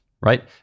Right